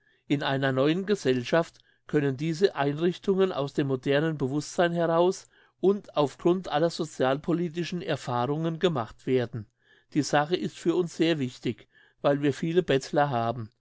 in einer neuen gesellschaft können diese einrichtungen aus dem modernen bewusstsein heraus und auf grund aller socialpolitischen erfahrungen gemacht werden die sache ist für uns sehr wichtig weil wir viele bettler haben